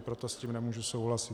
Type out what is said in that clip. Proto s tím nemůžu souhlasit.